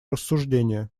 рассуждения